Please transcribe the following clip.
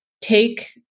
take